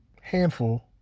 Handful